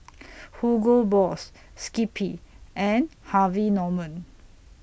Hugo Boss Skippy and Harvey Norman